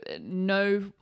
no